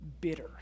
bitter